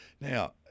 Now